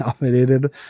nominated